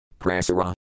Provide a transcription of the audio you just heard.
prasara